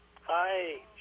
Hi